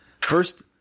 first